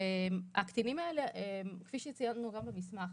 והקטינים האלה, כפי שציינו גם במסמך,